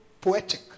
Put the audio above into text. poetic